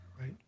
Right